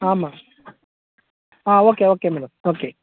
ஆமாம் ஆ okay okay madam okay